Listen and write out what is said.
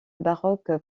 baroque